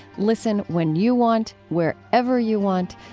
listen when you want, wherever you want.